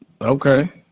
Okay